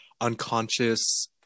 unconscious